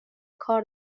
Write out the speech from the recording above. کار